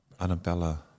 Annabella